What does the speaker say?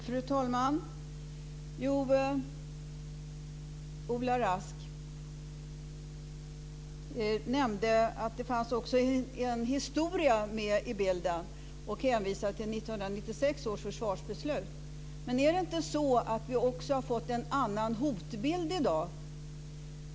Fru talman! Ola Rask nämnde att det också finns en historia med i bilden och hänvisade till 1996 års försvarsbeslut. Men har vi inte också fått en annan hotbild i dag?